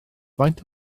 faint